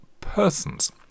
persons